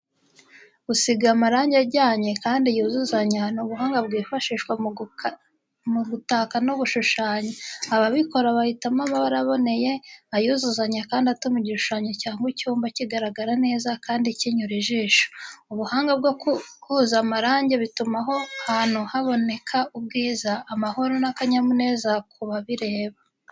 Gusiga amarangi ajyanye kandi yuzuzanya ni ubuhanga bwifashishwa mu gutaka no gushushanya. Ababikora bahitamo amabara aboneye, ayuzuzanya kandi atuma igishushanyo cyangwa icyumba kigaragara neza kandi kinyura ijisho. Ubuhanga bwo guhuza amarangi butuma aho hantu haboneka ubwiza, amahoro n’akanyamuneza ku babireba.